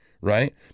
right